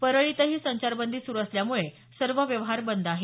परळीतही संचारबंदी सुरू असल्यामुळे सर्व व्यवहार बंद आहेत